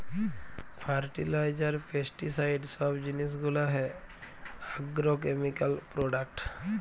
fertiliser, pesticide সব জিলিস গুলা হ্যয় আগ্রকেমিকাল প্রোডাক্ট